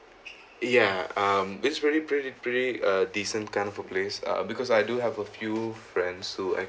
ya um it's really pretty pretty uh decent kind of place uh because I do have a few friends who